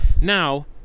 Now